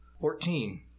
Fourteen